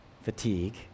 Fatigue